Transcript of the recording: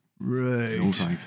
Right